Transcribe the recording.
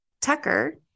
tucker